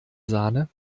sahne